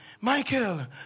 Michael